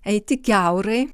eiti kiaurai